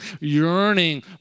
yearning